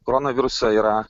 koronavirusą yra